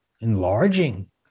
enlarging